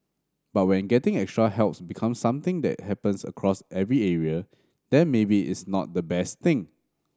but when getting extra helps becomes something that happens across every area then maybe it's not the best thing